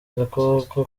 gakoko